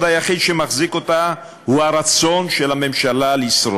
היחיד שמחזיק אותה הוא רצונה לשרוד.